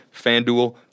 FanDuel